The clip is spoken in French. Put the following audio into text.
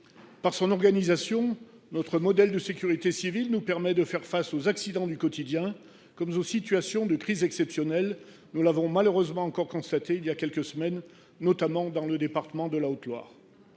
Par son organisation, notre modèle de sécurité civile nous permet de faire face aux accidents du quotidien comme aux situations de crise exceptionnelles. Nous l’avons malheureusement encore constaté voilà quelques semaines, notamment dans le département de la Haute Loire.